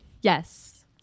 yes